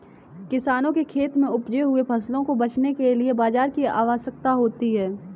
किसानों के खेत में उपजे हुए फसलों को बेचने के लिए बाजार की आवश्यकता होती है